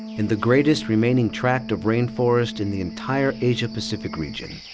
in the greatest remaining tract of rainforest in the entire asia-pacific region